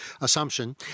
assumption